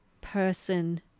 person